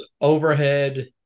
overhead